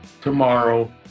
tomorrow